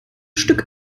stück